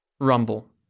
rumble